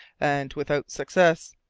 and without success.